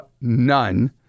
none